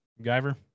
Guyver